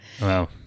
Wow